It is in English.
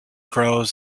grow